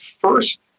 first